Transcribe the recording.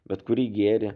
bet kurį gėrį